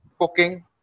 cooking